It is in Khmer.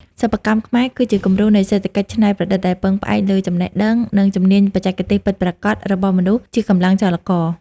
សិប្បកម្មខ្មែរគឺជាគំរូនៃសេដ្ឋកិច្ចច្នៃប្រឌិត ដែលពឹងផ្អែកលើចំណេះដឹង និងជំនាញបច្ចេកទេសពិតប្រាកដរបស់មនុស្សជាកម្លាំងចលករ។